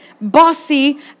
bossy